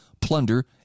plunder